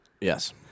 Yes